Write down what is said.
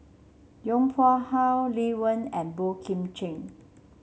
Yong Pung How Lee Wen and Boey Kim Cheng